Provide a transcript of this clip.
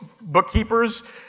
bookkeepers